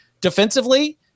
Defensively